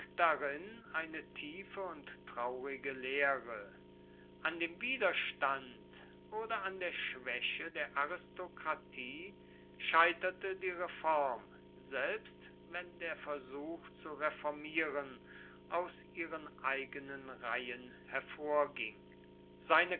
darin eine tiefe und traurige lehre an dem widerstand oder an der schwäche der aristokratie scheiterte die reform selbst wenn der versuch zu reformieren aus ihren eigenen reihen hervorging seine